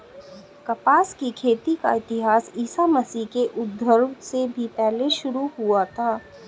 कपास की खेती का इतिहास ईसा मसीह के उद्भव से भी पहले शुरू होता है